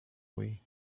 way